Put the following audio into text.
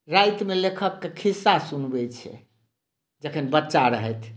रातिमे लेखकके खिस्सा सुनबै छै जखैन बच्चा रहैथ